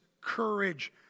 courage